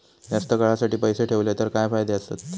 जास्त काळासाठी पैसे ठेवले तर काय फायदे आसत?